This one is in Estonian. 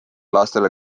lastele